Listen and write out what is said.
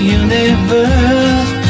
universe